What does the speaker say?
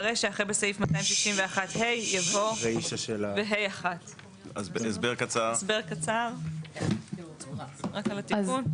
ברישה אחרי "בסעיף 261 (ה)" יבוא "ו-(ה1)"; הסבר קצר רק על התיקון.